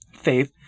Faith